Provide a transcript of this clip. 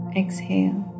exhale